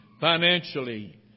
financially